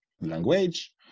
language